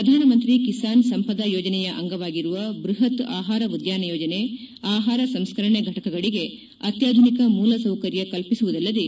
ಪ್ರಧಾನ ಮಂತ್ರಿ ಕಿಸಾನ್ ಸಂಪದ ಯೋಜನೆಯ ಅಂಗವಾಗಿರುವ ಬ್ಲಹತ್ ಆಹಾರ ಉದ್ಯಾನ ಯೋಜನೆ ಆಹಾರ ಸಂಸ್ಕರಣೆ ಫಟಕಗಳಿಗೆ ಅತ್ಯಾಧುನಿಕ ಮೂಲ ಸೌಕರ್ ಕಲ್ಪಿಸುವುದಲ್ಲದೇ